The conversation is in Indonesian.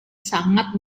sangat